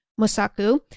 Musaku